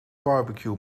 barbecue